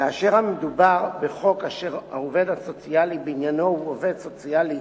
כאשר מדובר בחוק אשר העובד הסוציאלי בעניינו הוא עובד סוציאלי